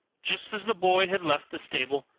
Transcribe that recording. just as the boy had left the stable,